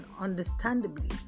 understandably